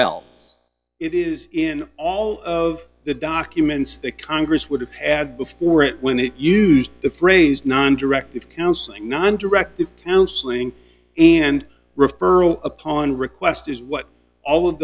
else it is in all of the documents that congress would have had before it when they used the phrase non directive counseling non directive counseling and referral upon request is what all of